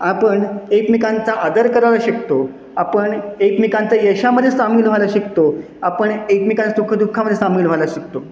आपण एकमेकांचा आदर करायला शिकतो आपण एकमेकांच्या यशामध्ये सामील व्हायला शिकतो आपण एकमेकां सुखदुःखामध्ये सामील व्हायला शिकतो